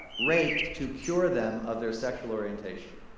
raped to cure them of their sexual orientation.